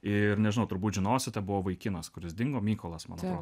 ir nežinau turbūt žinosite buvo vaikinas kuris dingo mykolas man atrodo